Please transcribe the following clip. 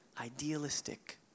idealistic